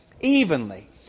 evenly